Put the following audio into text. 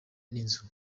n’inzu